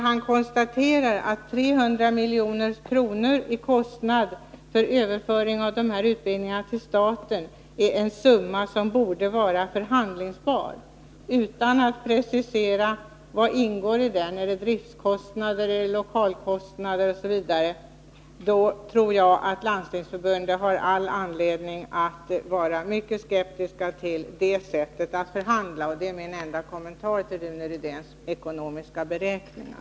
Han säger sedan att 300 milj.kr. i kostnad för en överföring av de här utbildningarna till staten är en summa som borde vara förhandlingsbar — utan att precisera vad som ingår i den i form av driftskostnader, lokalkostnader e. d. Då tror jag att Landstingsförbundet har all anledning att vara mycket skeptiskt till det sättet att förhandla. Det är min enda kommentar till Rune Rydéns ekonomiska beräkningar.